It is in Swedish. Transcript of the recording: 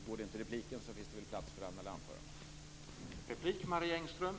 Går det inte att säga något i repliken finns det väl plats för att anmäla anförande.